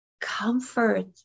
Comfort